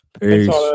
Peace